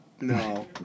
No